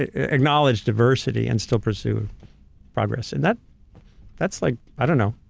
ah acknowledge diversity and still pursue progress, and that's that's like. i don't know.